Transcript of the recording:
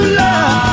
love